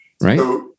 right